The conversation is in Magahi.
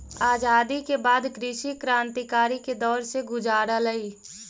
आज़ादी के बाद कृषि क्रन्तिकारी के दौर से गुज़ारलई